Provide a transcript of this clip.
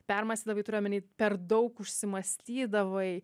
permąstydavai turiu omeny per daug užsimąstydavai